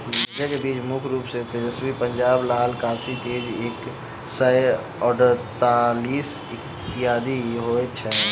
मिर्चा केँ बीज मुख्य रूप सँ तेजस्वनी, पंजाब लाल, काशी तेज एक सै अड़तालीस, इत्यादि होए छैथ?